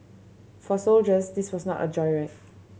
for soldiers this was not a joyride